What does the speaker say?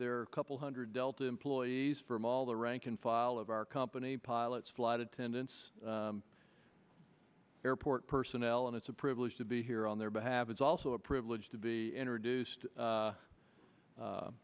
there are couple hundred delta employees from all the rank and file of our company pilots flight attendants airport personnel and it's a privilege to be here on their behalf it's also a privilege to be introduced